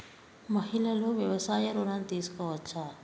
మహిళలు వ్యవసాయ ఋణం తీసుకోవచ్చా?